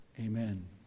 Amen